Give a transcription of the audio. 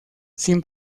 sin